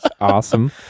Awesome